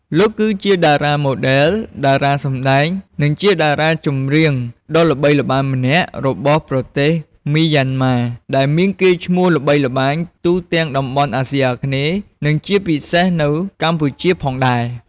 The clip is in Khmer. លោកគឺជាតារាម៉ូដែល តារាសម្តែង និងជាតារាចម្រៀងដ៏ល្បីល្បាញម្នាក់របស់ប្រទេសមីយ៉ាន់ម៉ា ដែលមានកេរ្តិ៍ឈ្មោះល្បីល្បាញទូទាំងតំបន់អាស៊ីអាគ្នេយ៍ និងជាពិសេសនៅកម្ពុជាផងដែរ ។